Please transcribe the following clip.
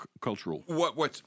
cultural